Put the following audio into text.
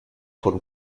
von